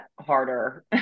harder